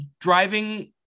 driving